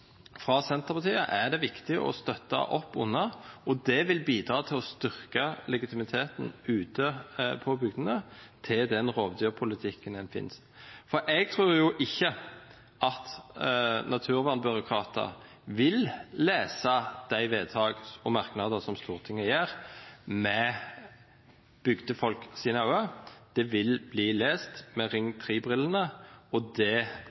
fra Senterpartiet, og det vil bidra til å styrke legitimiteten ute på bygdene til den rovdyrpolitikken en fører. Jeg tror ikke at naturvernbyråkrater vil lese de vedtak og merknader som Stortinget gjør, med bygdefolks øyne – de vil bli lest med Ring 3-brillene. Og det